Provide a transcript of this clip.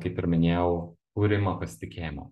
kaip ir minėjau kūrimą pasitikėjimo